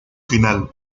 final